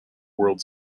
world